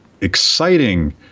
exciting